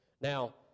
Now